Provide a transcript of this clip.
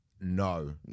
No